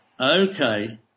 okay